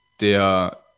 der